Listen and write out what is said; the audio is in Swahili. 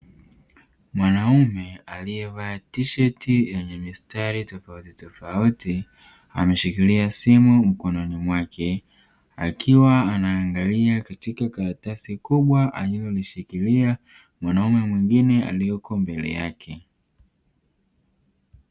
Mwanaume aliyevaa tisheti yenye mistari tofautitofauti ameshikilia simu mkononi mwake, akiwa anaangalia katika karatasi kubwa alilolishikilia wanaume mwingine aliyeko mbele yake.